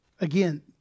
Again